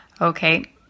Okay